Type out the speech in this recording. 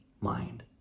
mind